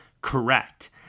correct